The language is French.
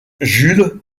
jules